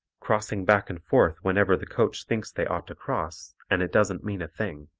crossing back and forth whenever the coach thinks they ought to cross, and it doesn't mean a thing.